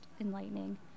enlightening